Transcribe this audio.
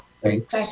Thanks